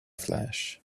flash